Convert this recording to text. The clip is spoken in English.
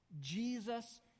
Jesus